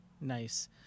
nice